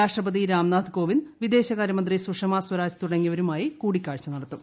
രാഷ്ട്രപതി രാംനാഥ് കോവിന്ദ് വിദ്ദേശക്ര്യമന്ത്രി സുഷമാ സ്വരാജ് തുടങ്ങിയവരുമായി കൂടിക്കാഴ്ച നടത്തും